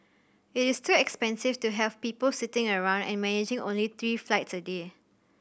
it is too expensive to have people sitting around and managing only three flights a day